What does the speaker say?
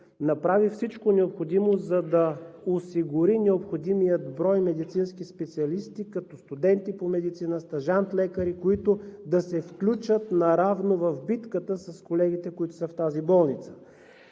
направи всичко необходимо, за да осигури необходимия брой медицински специалисти, като студенти по медицина, стажант-лекари, които да се включат в битката наравно с колегите, които са в тази болница.